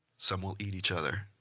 some will eat each other.